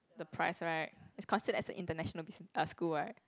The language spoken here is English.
the price right is considered as a international busi~ uh school right